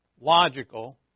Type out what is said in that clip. logical